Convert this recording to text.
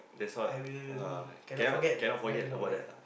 I will cannot forget regarding about that ah